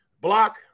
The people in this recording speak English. block